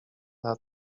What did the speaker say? dla